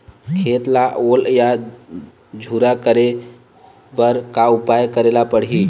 खेत ला ओल या झुरा करे बर का उपाय करेला पड़ही?